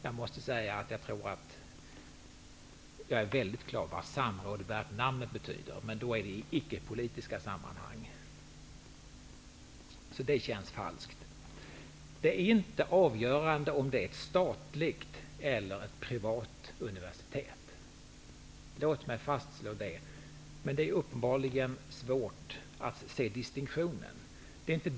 Jag måste säga att jag är väldigt glad över att vara klar över vad samråd värt namnet betyder, men då gäller det icke-politiska sammanhang. Det som här sades känns alltså falskt. Avgörande är inte om det är ett statligt eller ett privat universitet -- uppenbarligen är det svårt att se distinktionen här.